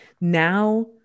now